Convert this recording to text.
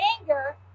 anger